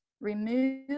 remove